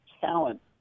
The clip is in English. talent